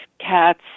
cats